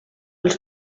els